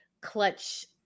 clutch